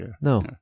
No